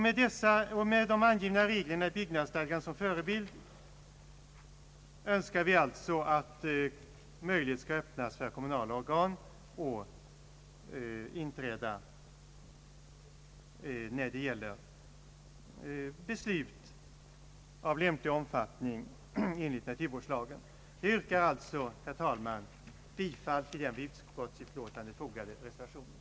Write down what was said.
Med de angivna reglerna i byggnadsstadgan som förebild önskar vi alltså att möjlighet skall öppnas för kommunala organ att inträda när det gäller beslut av lämplig omfattning enligt naturvårdslagen. Jag yrkar därför, herr talman, bifall till den vid utskottsutlåtandet fogade reservationen.